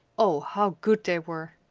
oh, how good they were!